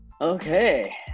okay